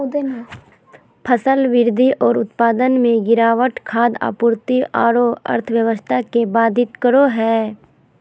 फसल वृद्धि और उत्पादन में गिरावट खाद्य आपूर्ति औरो अर्थव्यवस्था के बाधित करो हइ